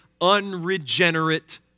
unregenerate